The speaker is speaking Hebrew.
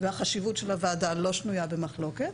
והחשיבות של הוועדה לא שנויה במחלוקת.